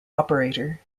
operator